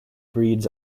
breeds